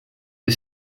des